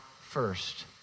first